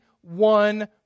one